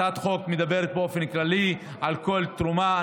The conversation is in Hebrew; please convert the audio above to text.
הצעת החוק מדברת באופן כללי על כל תרומה.